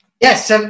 Yes